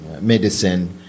Medicine